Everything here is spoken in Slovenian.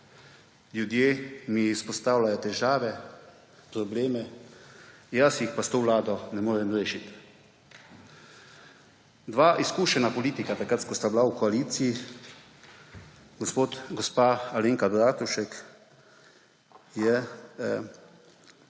ljudje mi izpostavljajo težave, probleme, jaz jih pa s to vlado ne morem rešiti. Dva izkušena politika takrat, ki sta bila v koaliciji, gospa Alenka Bratušek je sporočila